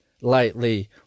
lightly